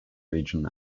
region